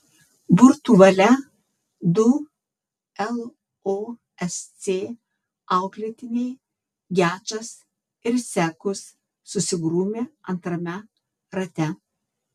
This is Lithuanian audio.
burtų valia du losc auklėtiniai gečas ir sekus susigrūmė antrame rate